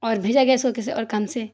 اور بھیجا گیا اس کو کسی اور کام سے